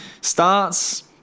starts